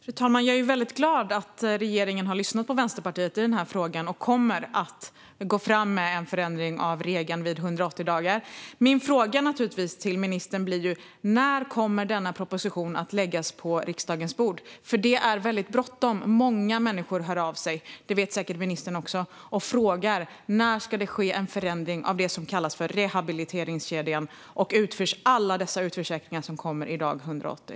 Fru talman! Jag är väldigt glad att regeringen har lyssnat på Vänsterpartiet i den här frågan och kommer att gå fram med en förändring av regeln vid 180 dagar. Min fråga till ministern blir: När kommer denna proposition att läggas på riksdagens bord? Det är väldigt bråttom. Många människor hör av sig - det vet säkert ministern också - och frågar: När ska det ske en förändring av det som kallas för rehabiliteringskedjan och alla dessa utförsäkringar som kommer dag 180?